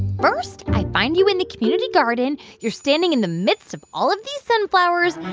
first i find you in the community garden. you're standing in the midst of all of these sunflowers.